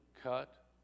cut